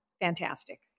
Fantastic